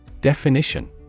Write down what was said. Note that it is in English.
Definition